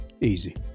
Easy